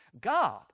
God